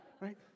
right